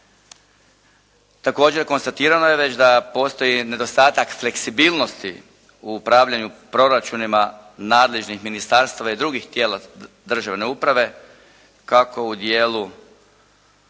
Također konstatirano je već da postoji nedostatak fleksibilnosti u upravljanju proračunima nadležnih ministarstava i drugih tijela državne uprave kako u dijelu